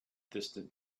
distant